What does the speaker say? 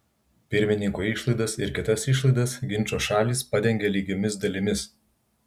pirmininko išlaidas ir kitas išlaidas ginčo šalys padengia lygiomis dalimis